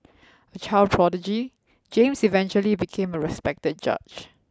a child prodigy James eventually became a respected judge